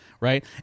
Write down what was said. right